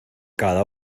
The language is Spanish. cada